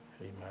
Amen